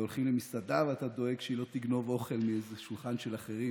והולכים למסעדה ואתה דואג שהיא לא תגנוב אוכל מאיזה משולחן של אחרים,